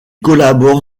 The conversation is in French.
collabore